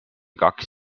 kaks